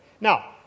Now